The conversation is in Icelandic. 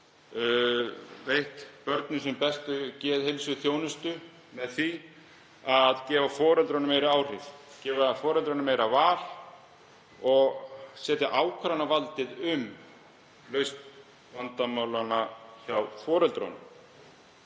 veitt börnum bestu geðheilsuþjónustuna með því að veita foreldrum meiri áhrif, gefa foreldrunum meira val og hafa ákvarðanavald um lausn vandamála hjá foreldrunum.